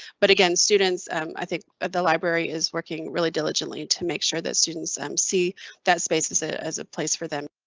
but again, students i think the library is working really diligently to make sure that students um see that space as ah as a place for them.